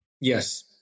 Yes